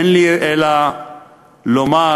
אין לי אלא לומר